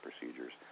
procedures